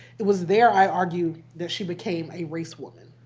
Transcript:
it was there, i argue, that she became a race woman.